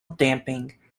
damping